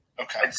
Okay